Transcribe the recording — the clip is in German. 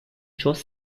schoß